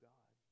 God